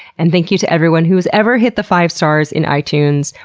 and thank you to everyone who's ever hit the five stars in itunes,